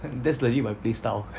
that's legit my play style